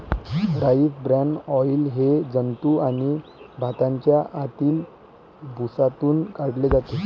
rice bran oil हे जंतू आणि भाताच्या आतील भुसातून काढले जाते